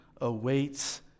awaits